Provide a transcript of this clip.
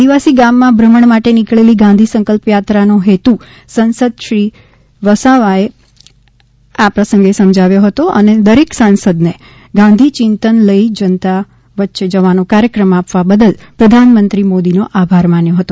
આદિવાસી ગામમાં ભ્રમણ માટે નીકળેલી ગાંધી સંકલ્પયાત્રાનો હેતુ સાંસદ શ્રી વસાવાએ આ પ્રસંગે સમજાવ્યો હતો અને દરેક સાંસદને ગાંધીયિંતન લઈ જનતા વચ્ચે જવાનો કાર્યક્રમ આપવા બદલ પ્રધાનમંત્રી મોદીનો આભાર માન્યો હતો